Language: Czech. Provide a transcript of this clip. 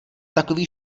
takový